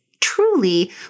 truly